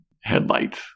headlights